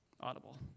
Audible